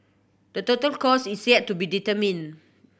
the total cost is yet to be determined